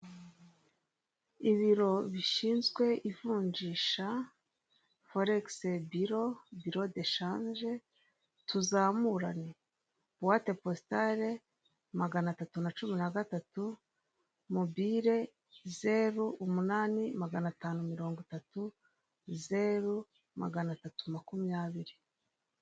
Ibiro bishinzwe ivunjisha foregisi biro, biro deshanje, tuzamurane buwate positale manatatu na cumi na gatatu mobile zeru, umunani maganatanu miringo itatu, zeru, maganatatu makumyabiri.